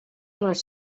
les